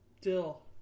Dill